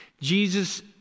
Jesus